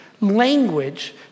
language